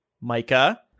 micah